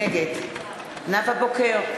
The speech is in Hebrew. נגד נאוה בוקר,